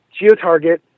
GeoTarget